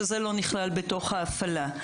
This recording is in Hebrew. שזה לא נכלל בתוך ההפעלה.